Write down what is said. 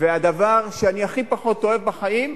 והדבר שאני הכי פחות אוהב בחיים,